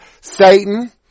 Satan